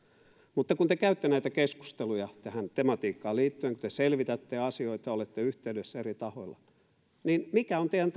mutta kun te käytte näitä keskusteluja tähän tematiikkaan liittyen kun te selvitätte asioita olette yhteydessä eri tahoilla mikä on teidän